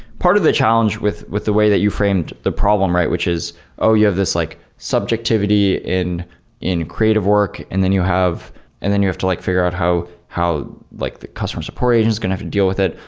part of the challenge with with the way that you framed the problem, which is oh, you have this like subjectivity in in creative work and then you have and then you have to like figure out how how like the customer support agent is going to have to deal with it.